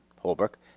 Holbrook